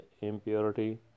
impurity